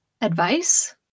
advice